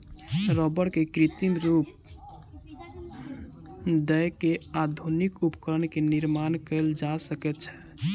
रबड़ के कृत्रिम रूप दय के आधुनिक उपकरण के निर्माण कयल जा सकै छै